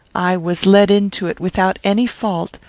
i was led into it without any fault,